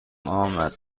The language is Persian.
آمد